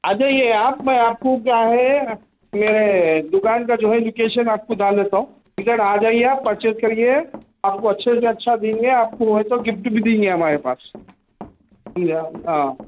آ جائیے آپ میں آپ کو کیا ہے میرے دُکان کا جو ہے لوکیشن آپ کو ڈال دیتا ہوں اِدھر آ جائیے آپ پرچیز کریے آپ کو اچھے سے اچھا دیں گے آپ کو ہے تو گفٹ بھی دیں گے ہمارے پاس سمجھے آپ ہاں